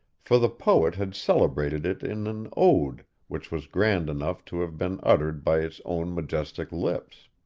for the poet had celebrated it in an ode, which was grand enough to have been uttered by its own majestic lips.